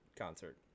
concert